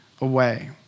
away